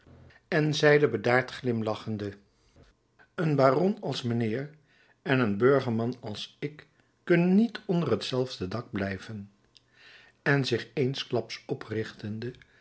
en zeide bedaard glimlachende een baron als mijnheer en een burgerman als ik kunnen niet onder hetzelfde dak blijven en zich eensklaps oprichtende